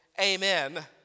amen